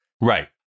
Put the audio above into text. right